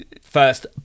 first